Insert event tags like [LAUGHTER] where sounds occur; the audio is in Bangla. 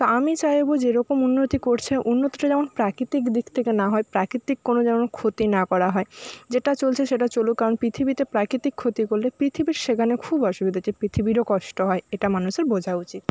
তো আমি চাইবো যেরকম উন্নতি করছে উন্নতিটা যেন প্রাকৃতিক দিক থেকে না হয় প্রাকৃতিক কোনো যেনো ক্ষতি না করা হয় যেটা চলছে সেটা চলুক কারণ পৃথিবীতে প্রাকৃতিক ক্ষতি করলে পৃথিবীর সেখানে খুব অসুবিধা [UNINTELLIGIBLE] পৃথিবীরও কষ্ট হয় এটা মানুষের বোঝা উচিৎ